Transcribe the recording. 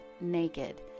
naked